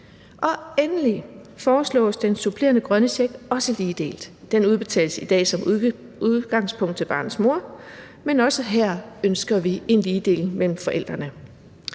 Endelig foreslås den supplerende grønne check også ligedelt. Den udbetales i dag som udgangspunkt til barnets mor, men også her ønsker vi en ligedeling mellem forældrene.